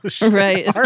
right